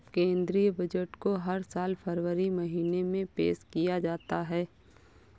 केंद्रीय बजट को हर साल फरवरी महीने में पेश किया जाता है